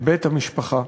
בבית המשפחה,